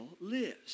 lives